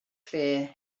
clear